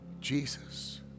Jesus